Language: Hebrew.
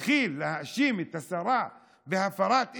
מכאן עד להתחיל להאשים את השרה בהפרת אמונים,